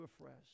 afresh